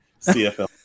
CFL